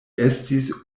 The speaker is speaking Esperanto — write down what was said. estis